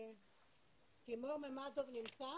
טימור ממדוב נמצא?